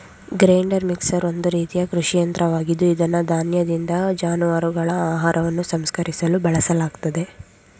grinder mixer ಒಂದು ರೀತಿಯ ಕೃಷಿ ಯಂತ್ರವಾಗಿದ್ದು ಇದನ್ನು ಧಾನ್ಯದಿಂದ ಜಾನುವಾರುಗಳ ಆಹಾರವನ್ನು ಸಂಸ್ಕರಿಸಲು ಬಳಸಲಾಗ್ತದೆ